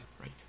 Right